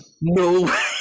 No